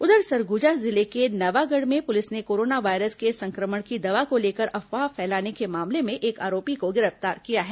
उधर सरगुजा जिले के नवागढ़ में पुलिस ने कोरोना वायरस के संक्रमण की दवा को लेकर अफवाह फैलाने के मामले में एक आरोपी को गिरफ्तार किया है